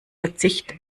verzicht